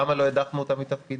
למה לא הדחנו אותה מתפקידה?